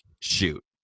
shoot